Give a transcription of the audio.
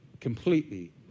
completely